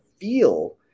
feel